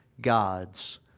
God's